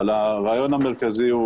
אבל הרעיון המרכזי,